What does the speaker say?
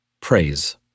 Praise